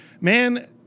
Man